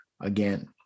again